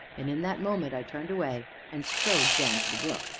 and in that moment i turned away and strode down to the brook.